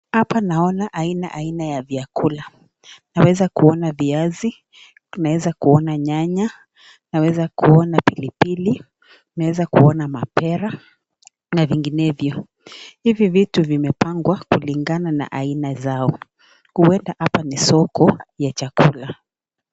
Hapa naona haina ya vyakula, naweza kuona viazi, naweza kuona nyanya, naweza kuona pilipili, naweza kuona mapera na vininevyo. Hivi vitu vimepangwa kulingana na haina zao, huenda hapa ni soko ya chakula.